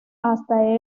hasta